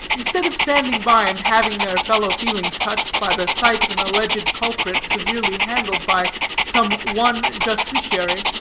instead of standing by and having their fellow-feelings touched by the sight of an alleged culprit severely handled by some one justiciary,